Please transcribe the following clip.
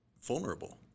vulnerable